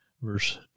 Verse